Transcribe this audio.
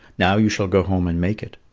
now you shall go home and make it,